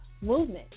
movement